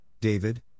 David